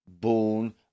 born